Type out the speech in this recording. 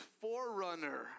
forerunner